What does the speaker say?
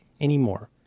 anymore